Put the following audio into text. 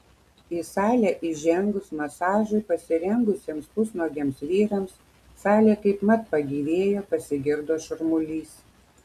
į salę įžengus masažui pasirengusiems pusnuogiams vyrams salė kaipmat pagyvėjo pasigirdo šurmulys